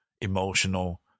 emotional